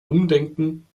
umdenken